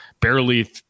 barely